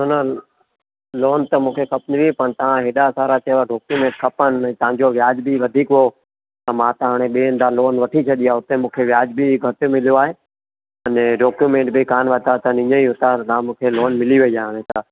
न न लोन त मूंखे खपंदी हुई पर तव्हां हेॾा सारा चयव डॉक्यूमेंट खपनि तव्हांजो व्याजु बि वधीक हो त मां त हाणे ॿिए हंधा लोन वठी छॾी आहे हुते मूंखे व्याजु बि घटि मिलियो आहे अने डॉक्यूमेंट बी कान वरिता अथनि ईएं ई हुतां जामु मूंखे लोन मिली वई आहे हाणे त